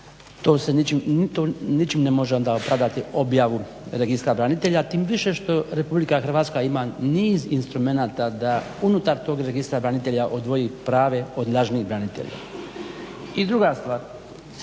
to se ničim ne može opravdati objavu Registra branitelja tim više što Republika Hrvatska ima niz instrumenata da unutar tog Registra branitelja odvoji prave od lažnih branitelja. I druga stvar,